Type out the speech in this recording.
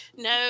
No